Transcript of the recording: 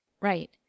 Right